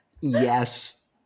Yes